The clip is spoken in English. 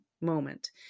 moment